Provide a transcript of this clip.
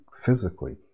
physically